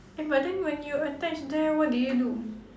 eh but then when you attach there what did you do